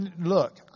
look